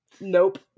Nope